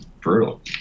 brutal